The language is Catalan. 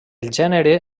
gènere